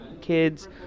kids